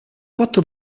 quattro